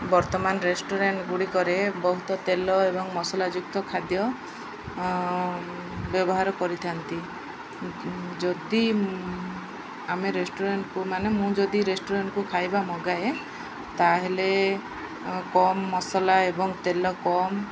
ବର୍ତ୍ତମାନ ରେଷ୍ଟୁରାଣ୍ଟ ଗୁଡ଼ିକରେ ବହୁତ ତେଲ ଏବଂ ମସଲା ଯୁକ୍ତ ଖାଦ୍ୟ ବ୍ୟବହାର କରିଥାନ୍ତି ଯଦି ଆମେ ରେଷ୍ଟୁରାଣ୍ଟକୁ ମାନେ ମୁଁ ଯଦି ରେଷ୍ଟୁରାଣ୍ଟକୁ ଖାଇବା ମଗାଏ ତା'ହେଲେ କମ୍ ମସଲା ଏବଂ ତେଲ କମ୍